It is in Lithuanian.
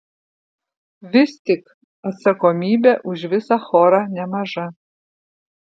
vis tik atsakomybė už visą chorą nemaža